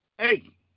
Hey